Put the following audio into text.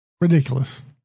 ridiculous